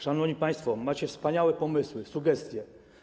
Szanowni państwo, macie wspaniałe pomysły, sugestie.